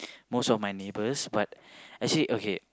most of my neighbours but actually okay